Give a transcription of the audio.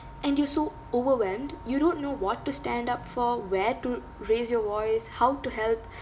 and you're so overwhelmed you don't know what to stand up for where to raise your voice how to help